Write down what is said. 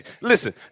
Listen